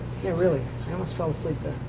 really. i almost fell asleep there.